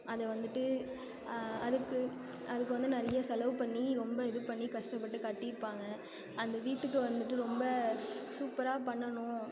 அதை வந்துவிட்டு அதுக்கு அதுக்கு வந்து நிறைய செலவு பண்ணி ரொம்ப இது பண்ணி கஷ்டப்பட்டு கட்டியிருப்பாங்க அந்த வீட்டுக்கு வந்துவிட்டு ரொம்ப சூப்பராக பண்ணணும்